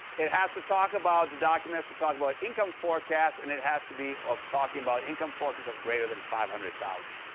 it has to talk about the documents to talk about income forecast. and it has to be of talking about income forecast of greater than five hundred thousand.